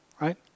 right